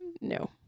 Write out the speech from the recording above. No